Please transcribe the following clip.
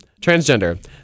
transgender